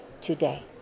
today